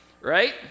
right